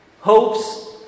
hopes